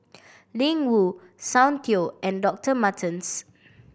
Ling Wu Soundteoh and Doctor Martens